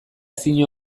ezin